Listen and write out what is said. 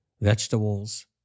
vegetables